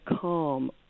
calm